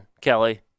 Kelly